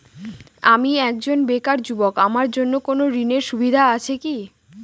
আমি একজন বেকার যুবক আমার জন্য কোন ঋণের সুবিধা আছে কি?